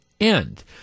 end